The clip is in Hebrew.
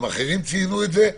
גם אחרים ציינו את זה.